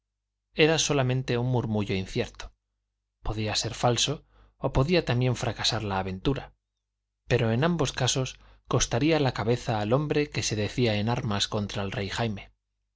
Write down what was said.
era solamente un murmullo incierto podía ser falso o podía también fracasar la aventura pero en ambos casos costaría la cabeza al hombre que se decía en armas contra el rey jaime